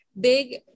big